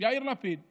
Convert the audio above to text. יאיר לפיד אמר,